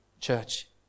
church